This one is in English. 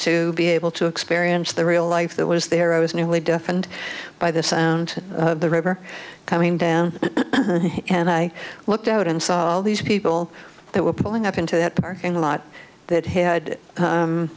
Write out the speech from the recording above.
to be able to experience the real life that was there i was nearly deafened by the sound of the river coming down and i looked out and saw all these people that were pulling up into that parking lot that had